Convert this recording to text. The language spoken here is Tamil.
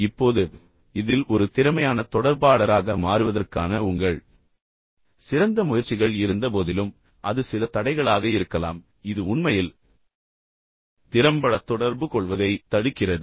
இப்போது இதில் ஒரு திறமையான தொடர்பாளராக மாறுவதற்கான உங்கள் சிறந்த முயற்சிகள் இருந்தபோதிலும் அது சில தடைகளாக இருக்கலாம் இது உண்மையில் திறம்பட தொடர்புகொள்வதைத் தடுக்கிறது